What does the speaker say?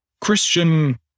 Christian